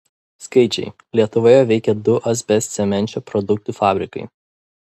skaičiai lietuvoje veikė du asbestcemenčio produktų fabrikai